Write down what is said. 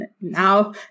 now